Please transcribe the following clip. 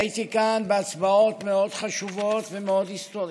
הייתי כאן בהצבעות מאוד חשובות ומאוד היסטוריות,